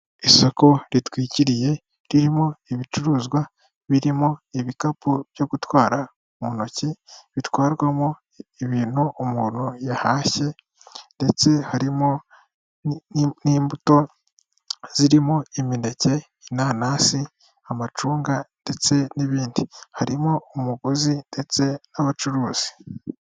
Isoko ritwikiriye ririmo ibicuruzwa birimo ibikapu byo gutwara mu ntoki bitwarwamo ibintu umuntu yahashye ndetse harimo n'imbuto zirimo imineke, inanasi, amacunga ndetse n'ibindi, harimo umuguzi ndetse n'abacuruzi.